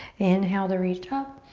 inhale to reach up.